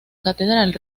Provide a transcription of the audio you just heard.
catedral